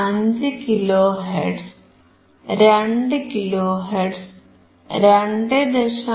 5 kilohertz 2 kilohertz 2